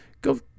Go